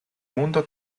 mundo